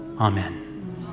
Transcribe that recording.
amen